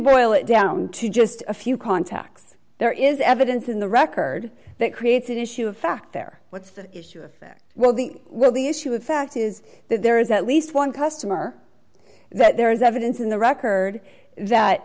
boil it down to just a few contacts there is evidence in the record that creates an issue of fact there what's the issue or fact well the will the issue of fact is that there is at least one customer that there is evidence in the record that